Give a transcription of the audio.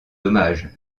dommages